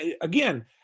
again